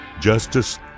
justice